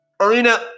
Arena